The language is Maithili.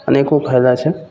अनेको फायदा छै